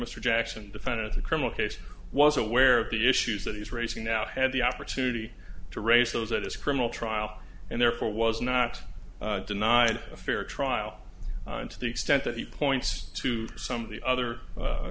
mr jackson defender of the criminal case was aware of the issues that he's raising now had the opportunity to raise those at this criminal trial and therefore was not denied a fair trial and to the extent that he points to some of the other